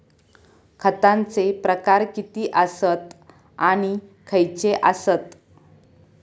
खतांचे प्रकार किती आसत आणि खैचे आसत?